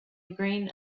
grain